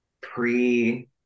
pre